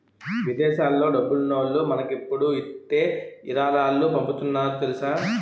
విదేశాల్లో డబ్బున్నోల్లు మనకిప్పుడు ఇట్టే ఇరాలాలు పంపుతున్నారు తెలుసా